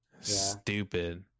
Stupid